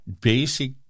basic